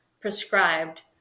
prescribed